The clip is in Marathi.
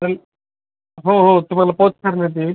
सर हो हो तुम्हाला पोच करण्यात येईल